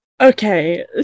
Okay